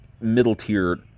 middle-tier